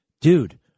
Dude